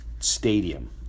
Stadium